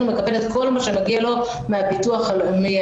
מקבל את כל מה שמגיע לו מן הביטוח הלאומי.